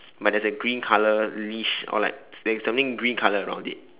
but there's a green colour leash or like there's something green colour around it